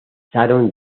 sharon